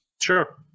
sure